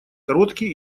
короткий